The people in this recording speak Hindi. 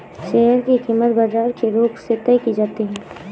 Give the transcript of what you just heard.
शेयर की कीमत बाजार के रुख से तय की जाती है